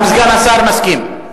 גם סגן השר מסכים.